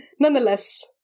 nonetheless